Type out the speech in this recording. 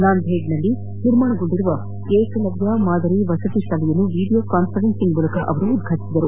ನಾಂದೇಡ್ನಲ್ಲಿ ನಿರ್ಮಾಣಗೊಂಡಿರುವ ಏಕಲವ್ದ ಮಾದರಿ ವಸತಿ ಶಾಲೆಯನ್ನು ವಿಡಿಯೋ ಕಾನ್ಫರೆನ್ಸ್ ಮೂಲಕ ಉದ್ವಾಟಿಸಿದರು